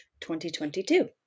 2022